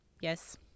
Yes